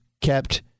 kept